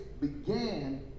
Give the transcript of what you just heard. began